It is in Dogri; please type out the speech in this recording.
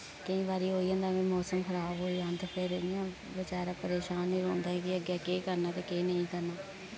केई वारि होई जंदा वे मौसम खराब होई जान ते फिर इयां बचारा परेशान ही रौह्नदा के अग्गै केह् करना ते केह् नेईं करना